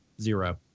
zero